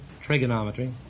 trigonometry